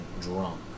drunk